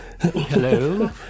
Hello